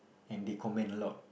and they comment a lot